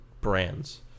brands